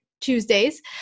Tuesdays